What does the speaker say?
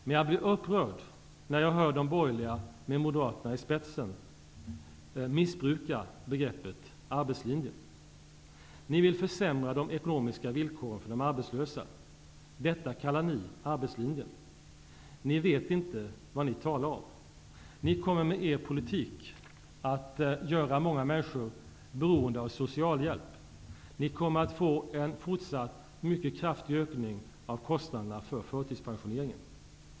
Men jag blir upprörd när jag hör hur de borgerliga med moderaterna i spetsen missbrukar begreppet Ni vill försämra de ekonomiska villkoren för de arbetslösa. Detta kallar ni för arbetslinjen. Ni vet inte vad ni talar om. Ni kommer med er politik att göra många människor beroende av socialhjälp. Ni kommer att få en fortsatt mycket kraftig ökning av kostnaderna för förtidspensionering.